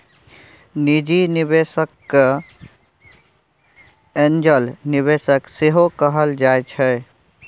निजी निबेशक केँ एंजल निबेशक सेहो कहल जाइ छै